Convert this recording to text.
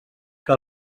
que